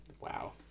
Wow